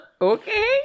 Okay